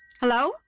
Hello